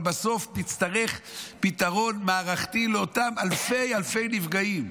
אבל בסוף נצטרך פתרון מערכתי לאותם אלפי אלפי נפגעים.